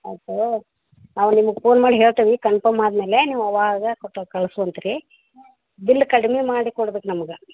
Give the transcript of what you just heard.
ಅದು ನಾವು ನಿಮಗೆ ಪೋನ್ ಮಾಡಿ ಹೇಳ್ತೀವಿ ಕನ್ಫರ್ಮ್ ಆದ ಮೇಲೆ ನೀವು ಅವಾಗ ಸ್ವಲ್ಪ ಕಳಿಸುವಂತ್ರೀ ಬಿಲ್ ಕಡ್ಮೆ ಮಾಡಿ ಕೊಡ್ಬೇಕ್ ನಮ್ಗೆ